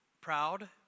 proud